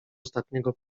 ostatniego